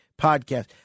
podcast